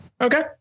Okay